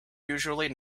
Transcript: usually